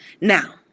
Now